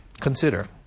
Consider